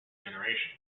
generations